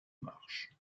marche